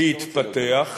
להתפתח.